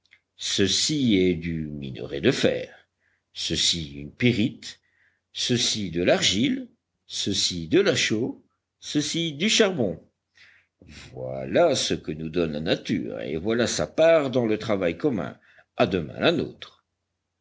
ceci est du minerai de fer ceci une pyrite ceci de l'argile ceci de la chaux ceci du charbon voilà ce que nous donne la nature et voilà sa part dans le travail commun à demain la nôtre